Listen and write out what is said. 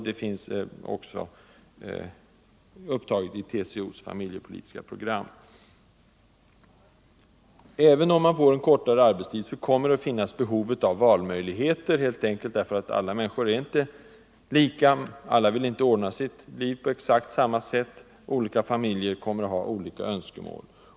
Kravet finns även upptaget i TCO:s familjepolitiska program. Även då vi får en kortare arbetstid kommer det att finnas behov av valmöjligheter, helt enkelt därför att alla människor inte är lika. Alla vill inte ordna sitt liv på exakt samma sätt. Olika familjer kommer att ha olika önskemål.